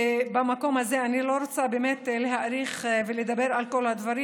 ובמקום הזה אני לא רוצה להאריך ולדבר על כל הדברים.